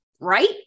right